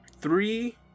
three